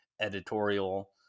editorial